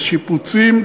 לשיפוצים,